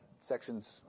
sections